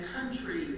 country